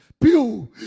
pew